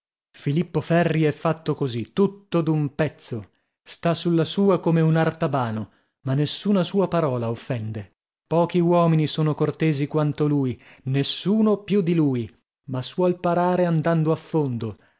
filippo ferri è fatto così tutto d'un pezzo sta sulla sua come un artabano ma nessuna sua parola offende pochi uomini sono cortesi quanto lui nessuno più di lui ma suol parare andando a fondo